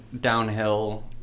downhill